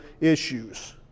issues